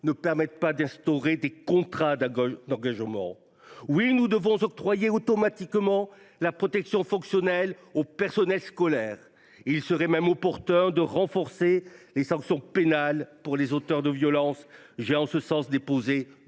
ne permette pas d’instaurer des contrats d’engagement. Oui, nous devons octroyer automatiquement la protection fonctionnelle au personnel scolaire. Il serait même opportun de renforcer les sanctions pénales applicables aux auteurs de violences ; j’ai en ce sens déposé